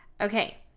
Okay